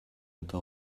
eta